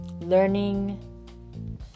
Learning